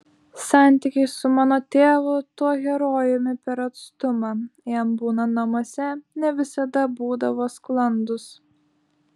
santykiai su mano tėvu tuo herojumi per atstumą jam būnant namuose ne visada būdavo sklandūs